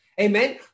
Amen